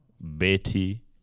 Betty